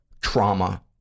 trauma